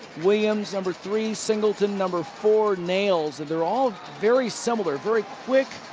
williams, number three, singleton, number four, nails, and they're all very similar, very quick.